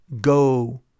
go